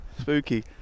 spooky